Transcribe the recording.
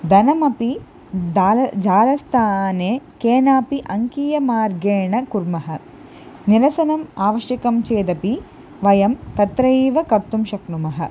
धनमपि जाल जालस्थाने केनापि अङ्कीयमार्गेण कुर्मः निरसनम् आवश्यकं चेदपि वयं तत्रैव कर्तुं शक्नुमः